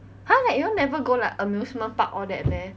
!huh! like you all will never go like amusement park all that meh